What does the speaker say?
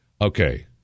Okay